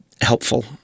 helpful